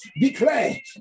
Declare